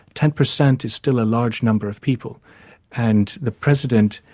ten per cent is still a large number of people and the president,